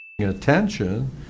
Attention